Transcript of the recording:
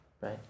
Right